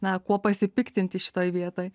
na kuo pasipiktinti šitoj vietoj